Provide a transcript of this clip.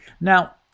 Now